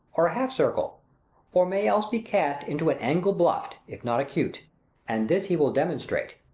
or a half circle or may else be cast into an angle blunt, if not acute and this he will demonstrate.